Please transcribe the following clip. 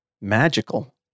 Magical